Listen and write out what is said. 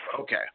okay